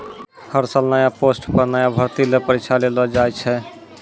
हर साल नया पोस्ट पर नया भर्ती ल परीक्षा लेलो जाय छै